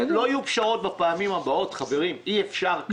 לא יהיו פשרות בפעמים הבאות, אי-אפשר ככה.